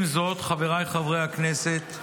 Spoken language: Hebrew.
עם זאת, חבריי חברי הכנסת,